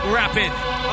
rapping